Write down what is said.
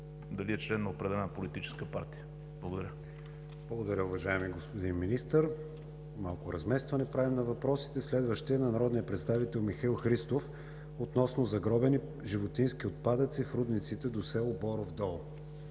дали е член на определена политическа партия. Благодаря. ПРЕДСЕДАТЕЛ КРИСТИАН ВИГЕНИН: Благодаря, уважаеми господин Министър. Малко разместване правим на въпросите. Следващият е на народния представител Михаил Христов относно загробени животински отпадъци в рудниците до село Боров дол.